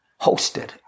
hosted